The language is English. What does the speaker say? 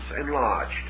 enlarged